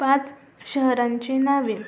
पाच शहरांची नावे